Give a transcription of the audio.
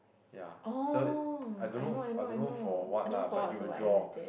ya so I don't know I don't know for what lah but he will draw